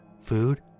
Food